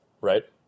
right